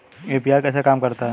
UPI कैसे काम करता है?